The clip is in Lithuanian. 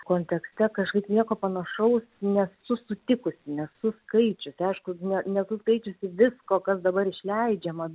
kontekste kažkaip nieko panašaus nesu sutikusi nesu skaičiusi aišku ne nesu skaičiusi visko kas dabar išleidžiama